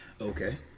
Okay